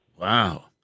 Wow